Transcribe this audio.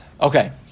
Okay